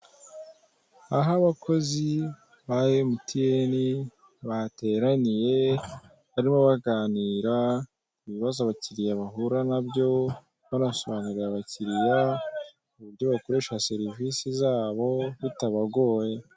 Aho abakozi ba emutiyeni bateraniye barimo baganira ibibazo abakiriya bahura nabyo banasobanurira abakiriya uburyo bakoresha serivise zabo bitabagoye.